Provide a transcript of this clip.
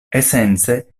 esence